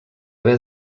haver